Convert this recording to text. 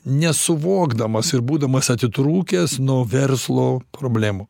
nesuvokdamas ir būdamas atitrūkęs nuo verslo problemų